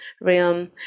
realm